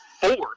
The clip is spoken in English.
four